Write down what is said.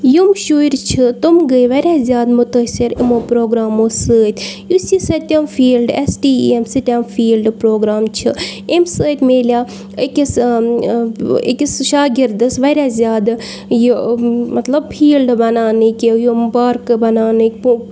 یِم شُرۍ چھِ تِم گٔیے واریاہ زیادٕ مُتٲثِر اِمو پرٛوگرامو سۭتۍ یُس یہِ سٔتِم فیٖلڈٕ ایس ٹی ای ایم سِٹَم فیٖلڈٕ پرٛوگرام چھِ ایٚم سۭتۍ ملیو أکِس أکِس شاگِردَس واریاہ زیادٕ یہِ مطلب فیٖلڈٕ بناونٕکۍ یِم پارکہٕ بَناونٕکۍ پو